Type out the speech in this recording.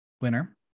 winner